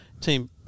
team